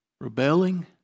Rebelling